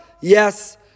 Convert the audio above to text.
Yes